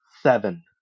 seven